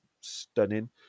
stunning